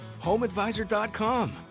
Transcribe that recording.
HomeAdvisor.com